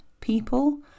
people